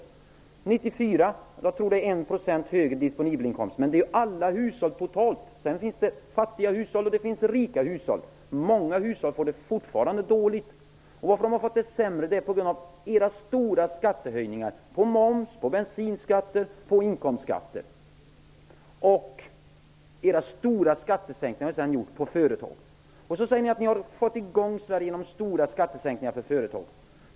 År 1994 beräknas de disponibla inkomsterna bli 1 % högre, men det gäller för hushållen totalt, och det finns fattiga och det finns rika hushåll. Många hushåll kommer fortfarande att ha det dåligt. De har fått det sämre på grund av era stora skattehöjningar, era höjningar av momsen, av bensinskatten och av inkomstskatten. Era stora skattesänkningar har tillfallit företagen. Ni säger att ni har fått i gång Sverige med stora skattesänkningar för företagen.